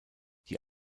die